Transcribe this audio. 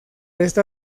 esta